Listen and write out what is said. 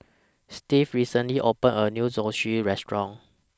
Steve recently opened A New Zosui Restaurant